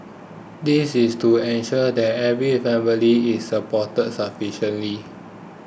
this is to ensure that every family is supported sufficiently